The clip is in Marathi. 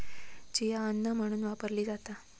चिया अन्न म्हणून वापरली जाता